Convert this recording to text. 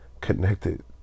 connected